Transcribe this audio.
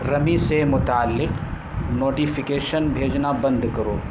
رمی سے متعلق نوٹیفیکیشن بھیجنا بند کرو